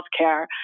healthcare